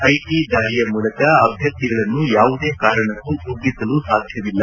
IT ದಾಳಿಯ ಮೂಲಕ ಅಭ್ಯರ್ಥಿಗಳನ್ನು ಯಾವುದೇ ಕಾರಣಕ್ಕೂ ಕುಗ್ಗಿಸಲು ಸಾಧ್ಯವಿಲ್ಲ